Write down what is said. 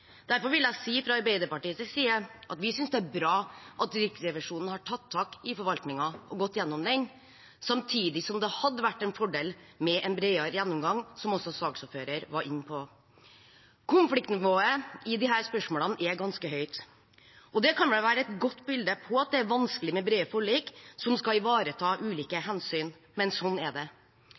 Derfor vil jeg fra Arbeiderpartiets side si at vi synes det er bra at Riksrevisjonen har tatt tak i forvaltningen og gått gjennom den, samtidig som det hadde vært en fordel med en bredere gjennomgang, noe også saksordføreren var inne på. Konfliktnivået i disse spørsmålene er ganske høyt. Det kan være et godt bilde på at det er vanskelig med brede forlik som skal ivareta ulike hensyn, men sånn er det.